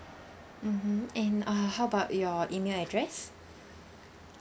mmhmm and uh how about your email address